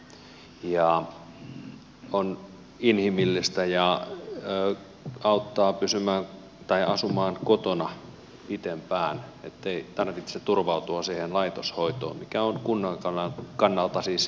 se on inhimillistä ja auttaa asumaan kotona pitempään ettei tarvitse turvautua siihen laitoshoitoon mikä on kunnan kannalta siis kallista